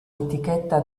etichetta